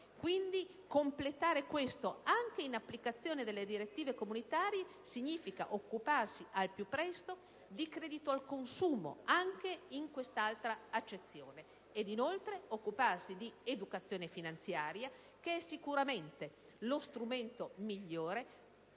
Completare questo lavoro, anche in applicazione delle direttive comunitarie, significa occuparsi al più presto di credito al consumo pure in questa diversa accezione ed inoltre di educazione finanziaria, che è sicuramente lo strumento migliore